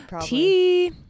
Tea